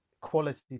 quality